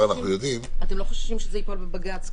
אנחנו יודעים --- אתם לא חוששים שזה ייפול בבג"ץ?